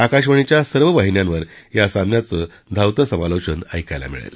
आकाशवाणीच्या सर्व वाहिन्यांवर या सामान्याचं धावतं समालोचन ऐकायला मिळेल